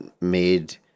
made